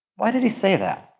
why did he say that?